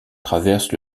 traverse